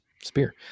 spear